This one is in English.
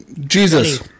Jesus